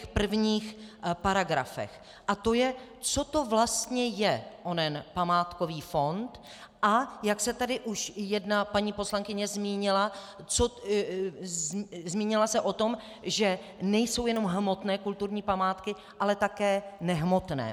v prvních paragrafech, a to je, co to vlastně je onen památkový fond, a jak se tady už jedna paní poslankyně zmínila o tom, že nejsou jen hmotné kulturní památky, ale také nehmotné.